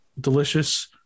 delicious